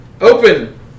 open